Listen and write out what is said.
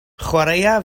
chwaraea